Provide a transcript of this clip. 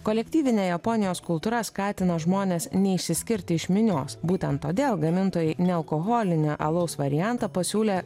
kolektyvinė japonijos kultūra skatina žmones neišsiskirti iš minios būtent todėl gamintojai nealkoholinį alaus variantą pasiūlė